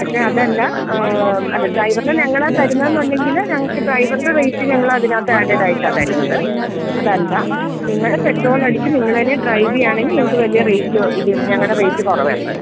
പക്ഷേ അതല്ല അല്ല ഡ്രൈവറിനെ ഞങ്ങൾ ആണ് തരുന്നതെന്നുണ്ടെങ്കിൽ ഞങ്ങൾക്ക് ഡ്രൈവറിൻ്റെ റേറ്റ് ഞങ്ങൾ അതിനകത്ത് ആഡഡ് ആയിട്ടാണ് തരുന്നത് അതല്ല നിങ്ങൾ പെട്രോൾ അടിച്ച് നിങ്ങൾ തന്നെ ഡ്രൈവ് ചെയ്യുകയാണെങ്കിൽ നിങ്ങൾക്ക് വലിയ റേറ്റൊ ഇത് വ് ഞങ്ങളുടെ റേറ്റ് കുറവായിരിക്കും